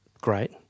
great